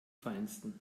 feinsten